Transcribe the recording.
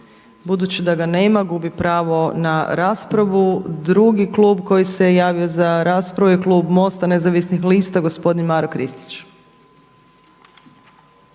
Budući da ga nema, gubi pravo na raspravu. Drugi klub koji se javio za raspravu je klub MOST-a Nezavisnih lista gospodin Maro Kristić.